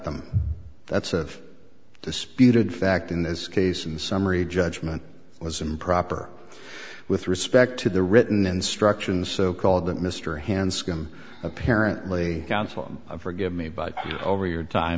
them that's of disputed fact in this case and summary judgment was improper with respect to the written instructions so called that mr hanscom apparently counsel of forgive me but over your time